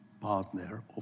partner